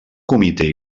comitè